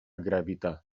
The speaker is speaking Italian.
gravità